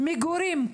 מגורים,